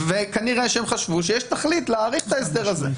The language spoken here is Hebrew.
כנראה שהם חשבו שיש תכלית להאריך את ההסדר הזה.